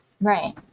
right